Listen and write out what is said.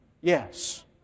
Yes